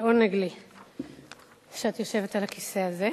לעונג לי שאת יושבת על הכיסא הזה,